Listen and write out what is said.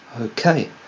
Okay